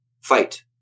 fight